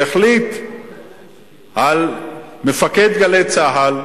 שהחליט על מפקד "גלי צה"ל",